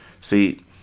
See